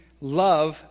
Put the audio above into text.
Love